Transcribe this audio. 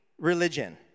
religion